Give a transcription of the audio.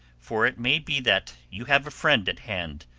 for it may be that you have a friend at hand,